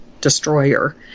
destroyer